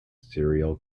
serial